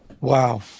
Wow